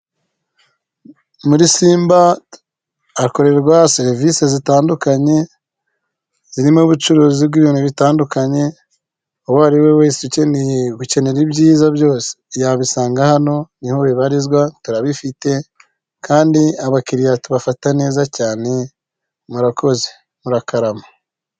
Muri simba hakorerwa serivisi zitandukanye, zirimo ubucuruzi bw'ibintu bitandukanye, uwo ari we wese ukeneye gukenera ibyiza byose yabisanga hano, niho bibarizwa turabifite kandi abakiliya tubafata neza cyane murakoze murakarama.